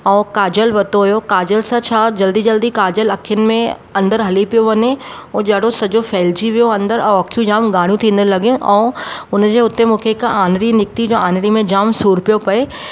ऐं काजल वरितो हुयो काजल सां छा जल्दी जल्दी काजल अखियुनि में अंदरि हली पियो वञे उहो जाड़ो जल्दी फैलिजी वियो अंदरि ऐं अखियूं जामु गाड़ियूं थींदड़ लॻियूं ऐं हुन जे हुते मूंखे हिकु आनरी निकिती त आनरी में जामु सूरु पियो पए